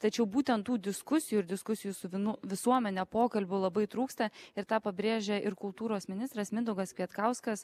tačiau būtent tų diskusijų ir diskusijų su vynu visuomene pokalbių labai trūksta ir tą pabrėžia ir kultūros ministras mindaugas kvietkauskas